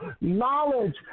knowledge